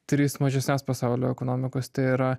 tris mažesnes pasaulio ekonomikas tai yra